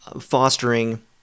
fostering